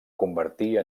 convertir